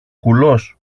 κουλός